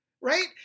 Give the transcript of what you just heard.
right